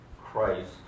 Christ